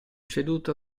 ceduto